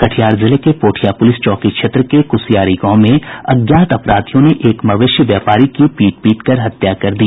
कटिहार जिले के पोठिया पुलिस चौकी क्षेत्र के कुसियारी गांव में अज्ञात अपराधियों ने एक मवेशी व्यापारी की पीट पीटकर हत्या कर दी